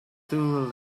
too